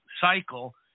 cycle